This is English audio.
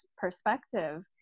perspective